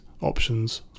options